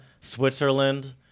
switzerland